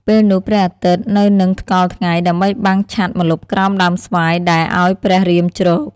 ពេលនោះព្រះអាទិត្យនៅនឹងថ្កល់ថ្ងៃ ដើម្បីបាំងឆ័ត្រម្លប់ក្រោមដើមស្វាយដែលឱ្យព្រះរាមជ្រក។